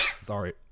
Sorry